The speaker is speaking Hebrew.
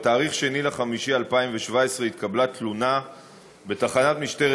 בתאריך 2 במאי 2017 התקבלה תלונה בתחנת משטרת